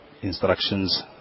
instructions